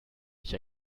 nicht